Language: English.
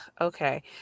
okay